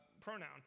pronoun